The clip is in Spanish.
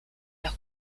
los